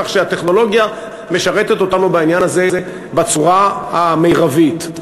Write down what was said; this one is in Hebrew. כך שהטכנולוגיה משרתת אותנו בעניין הזה בצורה המרבית.